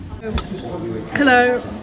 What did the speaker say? Hello